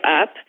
up